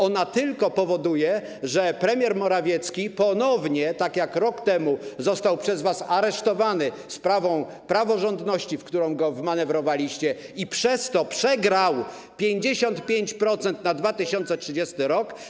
Ona tylko powoduje, że premier Morawiecki ponownie, tak jak rok temu, został przez was aresztowany, chodzi o sprawę praworządności, w którą go wmanewrowaliście, i przez to przegrał 55% na 2030 r.